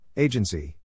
Agency